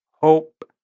Hope